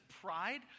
pride